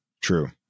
True